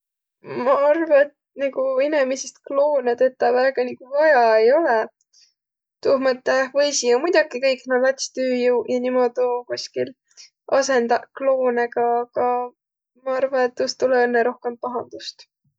ma arva, et inemiisist kloonõ tetäq olõ-i vaja. Tuuh mõttõh võisiq ju külq kõik nuuq latstüüjõuq asõndaq kloonõga, aga ma arva, et tuust tulõ õnnõ rohkõmb pahandust.